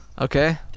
okay